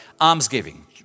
almsgiving